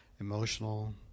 emotional